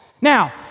Now